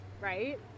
right